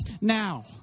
now